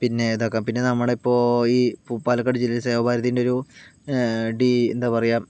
പിന്നെ ഇതൊക്കെ പിന്നെ നമ്മുടെ ഇപ്പോൾ ഈ ഇപ്പം പാലക്കാട് ജില്ലയിൽ സേവ ഭാരത്തിൻ്റെ ഒരു ഡി എന്താ പറയുക